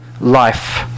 life